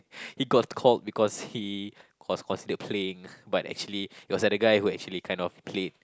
he got called because he was consider playing but actually was that guy is actually kind of played